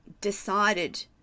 decided